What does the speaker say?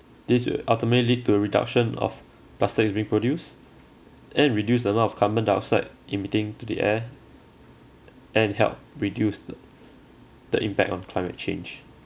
this will ultimate lead to a reduction of plastic is being produced and reduce the a lot of carbon dioxide emitting to the air and help reduce the impact on climate change